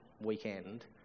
weekend